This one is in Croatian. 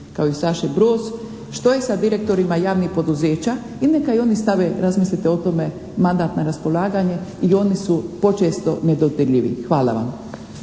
kao i Saši Broz. Što je sa direktorima javnih poduzeća, i neka oni stave razmisliti o tome mandat na raspolaganje, i oni su počesto nedodirljivi. Hvala vam.